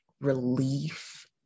relief